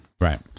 Right